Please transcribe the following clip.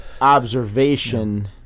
observation